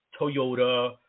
Toyota